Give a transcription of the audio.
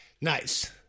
nice